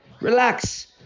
relax